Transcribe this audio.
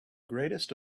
greatest